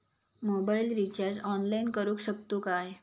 Mobile recharge online करुक शकतू काय?